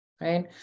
Right